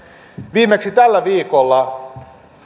viimeksi tällä viikolla